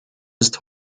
ist